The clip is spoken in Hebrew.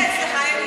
מי זה אצלך?